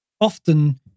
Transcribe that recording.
often